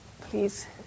Please